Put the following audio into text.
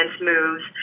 moves